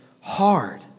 hard